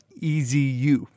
EZU